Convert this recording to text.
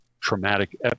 traumatic